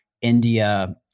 India